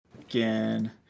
again